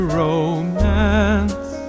romance